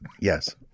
Yes